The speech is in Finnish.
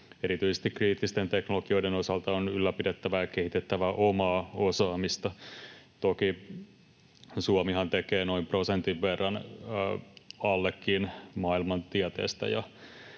Erityisesti kriittisten teknologioiden osalta on ylläpidettävä ja kehitettävä omaa osaamista.” Toki Suomihan tekee noin prosentin verran, allekin, maailman tieteestä